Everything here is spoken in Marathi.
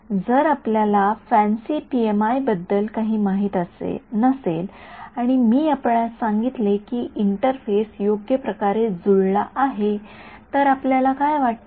जर आपल्याला फॅन्सी पीएमआय बद्दल काही माहित नसेल आणि मी आपणास सांगितले की इंटरफेस योग्य प्रकारे जुळला आहे तर आपल्याला काय वाटते